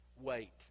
wait